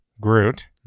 Groot